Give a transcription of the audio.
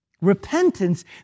Repentance